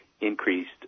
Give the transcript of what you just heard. increased